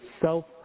self